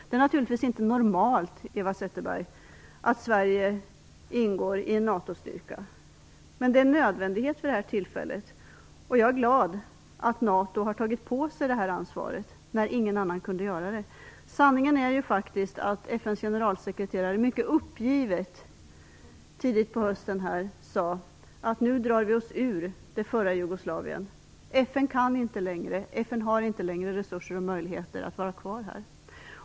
Det är naturligtvis inte normalt, Eva Zetterberg, att Sverige ingår i en NATO-styrka, men det är vid det här tillfället en nödvändighet. Jag är glad för att NATO har tagit på sig det här ansvaret, när ingen annan kunde göra det. Sanningen är faktiskt den att FN:s generalsekreterare tidigt på hösten mycket uppgivet sade att vi nu drar oss ur det f.d. Jugoslavien. FN har inte längre resurser och möjligheter att vara kvar där.